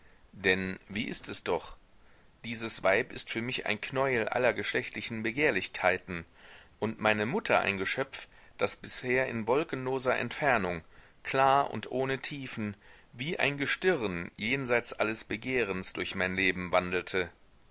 denn wie ist es doch dieses weib ist für mich ein knäuel aller geschlechtlichen begehrlichkeiten und meine mutter ein geschöpf das bisher in wolkenloser entfernung klar und ohne tiefen wie ein gestirn jenseits alles begehrens durch mein leben wandelte